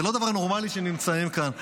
זה לא דבר נורמלי שהם נמצאים כאן.